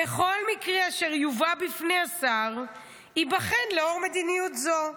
וכל מקרה אשר יובא בפני השר ייבחן לאור מדיניות זו,